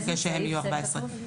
ואלה יהיו 14. איפה זה כתוב?